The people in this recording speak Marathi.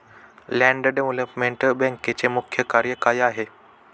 लँड डेव्हलपमेंट बँकेचे मुख्य कार्य काय आहे?